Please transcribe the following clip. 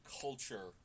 culture